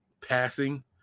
passing